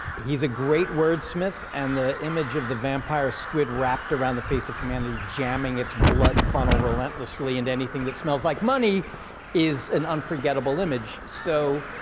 he's a great wordsmith, and the image of the vampire squid wrapped around the face of humanity jamming its blood funnel relentlessly into anything that smells like money is an unforgettable image, so.